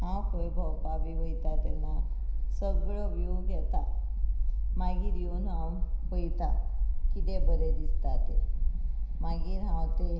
हांव खंय भोंवपा बी वयतां तेन्ना सगळो व्यू घेता मागीर येवन हांव पळयतां किदें बरें दिसता तें मागीर हांव ते